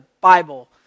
Bible